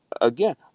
again